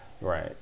Right